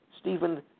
Stephen